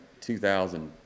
2000